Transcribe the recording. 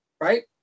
Right